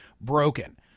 broken